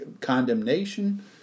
condemnation